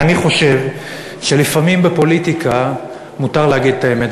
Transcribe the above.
ואני חושב שלפעמים בפוליטיקה מותר להגיד את האמת,